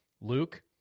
Luke